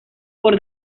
por